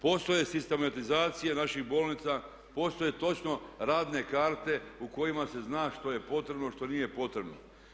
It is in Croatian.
Postoje sistematizacije naših bolnica, postoje točno radne karte u kojima se zna što je potrebno, što nije potrebno.